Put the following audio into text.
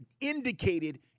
indicated